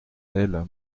elle